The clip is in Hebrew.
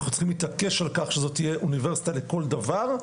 אנחנו צריכים להתעקש על כך שזו תהיה אוניברסיטה לכל דבר,